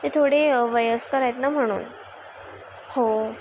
ते थोडे वयस्कर आहेत ना म्हणून हो